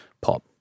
pop